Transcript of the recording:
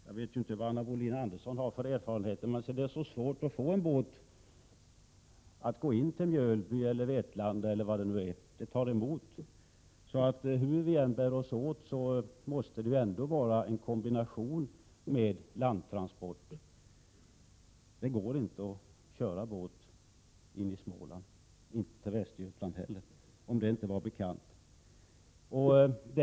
Jag vet inte vad Anna Wohlin-Andersson har för erfarenheter, men jag har svårt att föreställa mig att en båt kan gå till Mjölby eller Vetlanda. Hur vi än bär oss åt måste det finns en kombination med landtransporter. Man kan inte köra båt inne i Småland, och inte heller i Västergötland, om det nu inte var bekant.